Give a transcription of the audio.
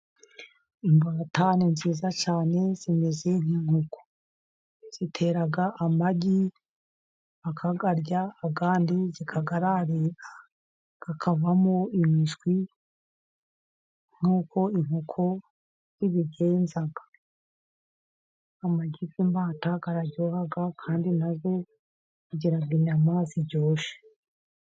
Imbata ni nziza cyane zimeze nk'inkoko. Zitera amagi bakayarya, andi zikayararira, akavamo imishwi. Nk'uko inkoko zibigenza amagi y'imbata araryoha kandi na zo zigira inyama ziryoshye.